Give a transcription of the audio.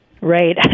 Right